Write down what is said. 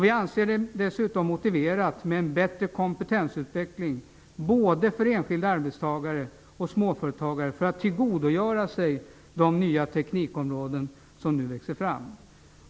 Vi anser det dessutom motiverat med en bättre kompetensutveckling både för enskilda arbetstagare och för småföretagare för att de skall kunna tillgodogöra sig möjligheterna på de nya teknikområden som växer fram.